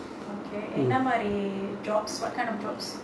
jobs